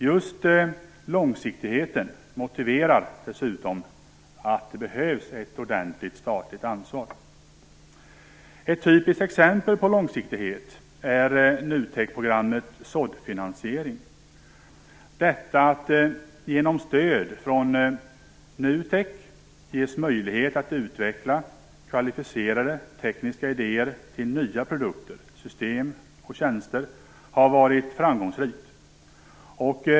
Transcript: Just långsiktigheten motiverar dessutom att det behövs ett ordentligt statligt ansvar. Ett typiskt exempel på långsiktighet är NUTEK programmet såddfinansiering. Detta program har genom stöd från NUTEK getts möjlighet att utveckla kvalificerade tekniska idéer till nya produkter, system och tjänster och därmed varit framgångsrikt.